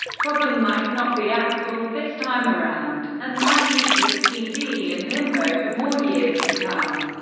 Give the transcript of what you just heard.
problem might not be axl this time around and might keep this cd in limbo for more years to come.